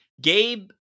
Gabe